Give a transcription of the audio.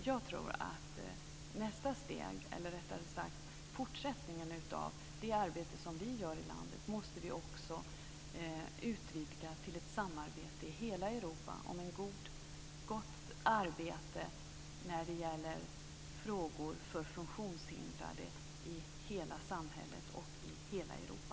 Jag tror att nästa steg, eller rättare sagt fortsättningen på det arbete som vi har i landet, är att utvidga det till ett samarbete i hela Europa, ett gott arbete i frågor som rör funktionshindrade i hela samhället och i hela Europa.